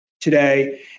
today